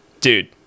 Dude